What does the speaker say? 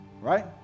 right